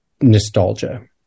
nostalgia